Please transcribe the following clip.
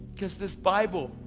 cause this bible,